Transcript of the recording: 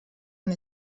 una